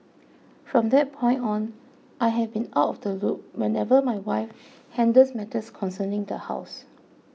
from that point on I have been out of the loop whenever my wife handles matters concerning the house